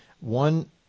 One